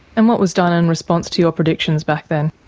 and what was done in response to your predictions back then?